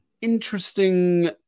interesting